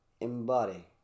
embody